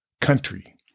country